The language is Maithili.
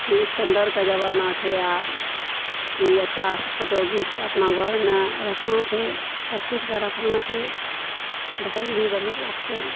की स्टैंडर्डके जमाना छै आओर कि अच्छासँ फोटो घीचके अपना घरमे रखना छै सबकिछुके रखना छै देखयमे भी बढ़िआँ लागतइ